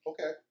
Okay